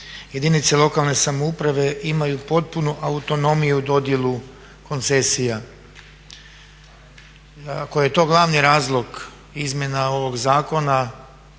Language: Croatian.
jedinice lokalne samouprave imaju potpunu autonomiju i dodjelu koncesija. Ako je to glavni razlog izmjena ovog zakona